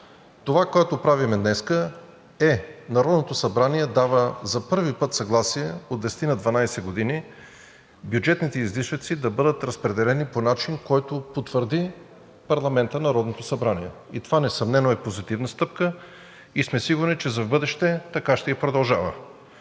Това, което правим днес, е: Народното събрание дава за първи път съгласие от десетина-дванадесет години бюджетните излишъци да бъдат разпределени по начин, който потвърди Народното събрание. Това несъмнено е позитивна стъпка и сме сигурни, че и за бъдеще така ще продължава.